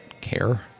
care